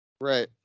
Right